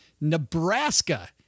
Nebraska